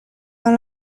dans